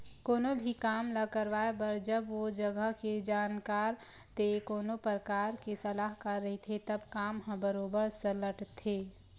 कोनो भी काम ल करवाए बर जब ओ जघा के जानकार ते कोनो परकार के सलाहकार रहिथे तब काम ह बरोबर सलटथे